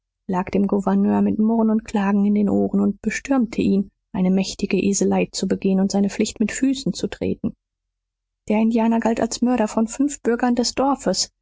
lag dem gouverneur mit murren und klagen in den ohren und bestürmte ihn eine mächtige eselei zu begehen und seine pflicht mit füßen zu treten der indianer galt als mörder von fünf bürgern des dorfes